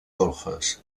golfes